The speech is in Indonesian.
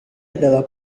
adalah